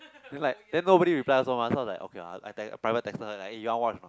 then like then nobody reply us one mah so I was like okay lah I te~ I private texted her lah eh you want watch or not